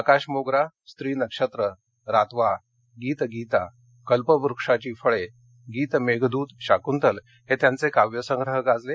आकाश मोगरा स्त्री नक्षत्र रातवा गीत गीता कल्पवृक्षाची फळे गीत मेघद्त शाकृतल हे त्यांचे काव्यसंग्रह गाजले